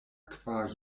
kvar